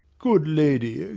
good lady,